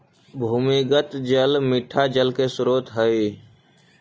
भूमिगत जल मीठा जल के स्रोत हई